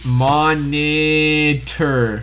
monitor